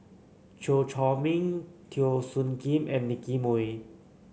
Chew Chor Meng Teo Soon Kim and Nicky Moey